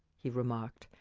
he remarked.